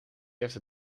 heeft